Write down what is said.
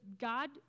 God